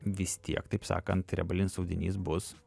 vis tiek taip sakant riebalinis audinys bus